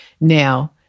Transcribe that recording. Now